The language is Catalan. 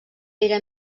era